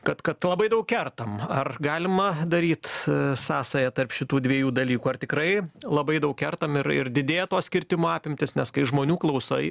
kad kad labai daug kertam ar galima daryt sąsają tarp šitų dviejų dalykų ar tikrai labai daug kertam ir ir didėja tos kirtimų apimtys nes kai žmonių klausai